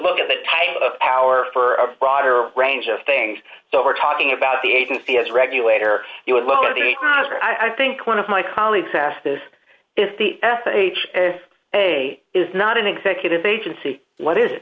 look at that high power for a broader range of things so we're talking about the agency as regulator you would look at the i think one of my colleagues asked this is the sh a is not an executive agency what is